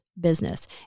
business